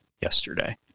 yesterday